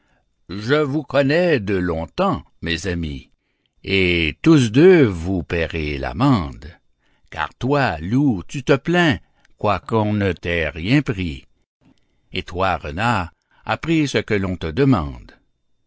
je vous connais de longtemps mes amis et tous deux vous paierez l'amende car toi loup tu te plains quoiqu'on ne t'ait rien pris et toi renard as pris ce que l'on te demande